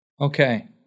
Okay